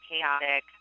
chaotic